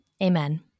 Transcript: amen